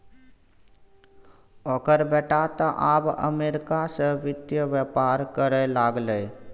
ओकर बेटा तँ आब अमरीका सँ वित्त बेपार करय लागलै